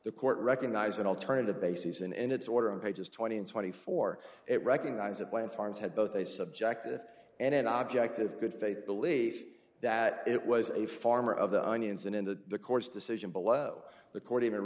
the court recognize an alternative bases and in its order of pages twenty and twenty four it recognize it when farmers had both a subjective and an object of good faith belief that it was a farmer of the onions and in the court's decision below the court even